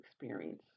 experience